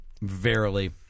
verily